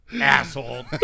asshole